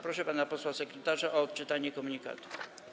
Proszę pana posła sekretarza o odczytanie komunikatów.